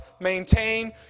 maintain